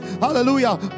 hallelujah